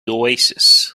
oasis